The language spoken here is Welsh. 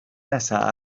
nesaf